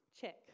check